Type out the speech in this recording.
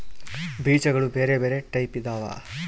ಬೀಜಗುಳ ಬೆರೆ ಬೆರೆ ಟೈಪಿದವ